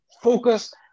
focus